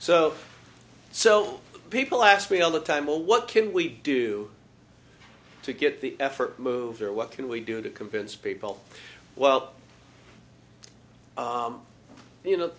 so so people ask me all the time well what can we do to get the effort moved or what can we do to convince people well you know